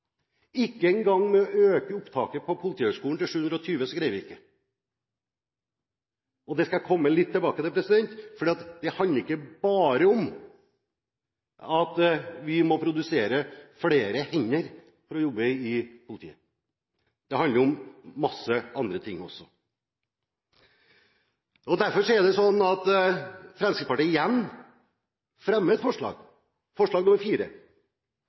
Ikke engang ved å øke opptaket på Politihøgskolen til 720 greier vi det. Det skal jeg komme litt tilbake til, for det handler ikke bare om at vi må få flere hender på jobb i politiet, det handler om mange andre ting også. Derfor fremmer Fremskrittspartiet igjen et forslag, forslag nr. 4, om at